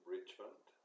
Richmond